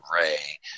Ray